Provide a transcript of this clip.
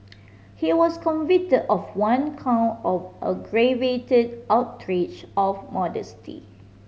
he was convicted of one count of aggravated outrage of modesty